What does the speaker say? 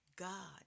God